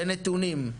בנתונים.